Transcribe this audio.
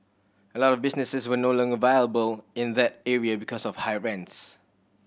a lot of businesses were no longer viable in that area because of high rents